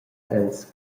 els